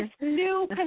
new